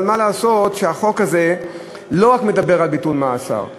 אבל מה לעשות שהחוק הזה לא רק מדבר על ביטול מאסר,